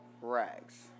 rags